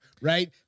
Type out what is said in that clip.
Right